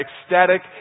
ecstatic